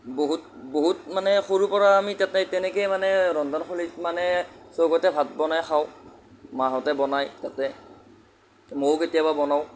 বহুত বহুত মানে সৰুৰপৰা আমি তাতে তেনেকৈয়ে মানে ৰন্ধনশৈলীত মানে চৌকাতে ভাত বনাই খাওঁ মাহঁতে বনায় তাতে ময়ো কেতিয়াবা বনাওঁ